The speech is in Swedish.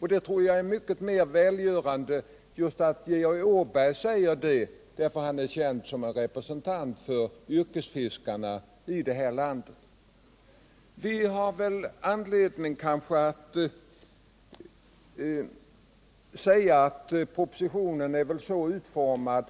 Jag tror att det är ännu mer välgörande att just Georg Åberg säger detta, eftersom han är representant för yrkesfiskarna i vårt land. Vi kanske kan säga, att propositionen är så utformad,